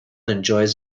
enjoys